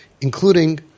including